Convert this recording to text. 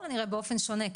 ככל הנראה באופן שונה,